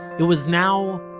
it was now,